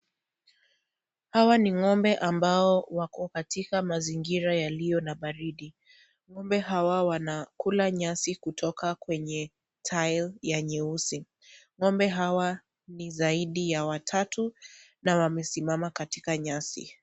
Hawa ni ng'ombe ambao wako katika mazingira yaliyo na baridi. Ng'ombe hawa, wanakula nyasi kutoka kwenye tairi ya nyeusi. Ng'ombe hawa ni zaidi ya watatu na wamesimama katika nyasi.